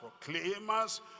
proclaimers